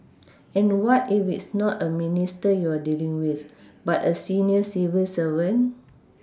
and what if it's not a Minister you're dealing with but a senior civil servant